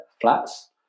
flats